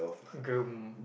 groom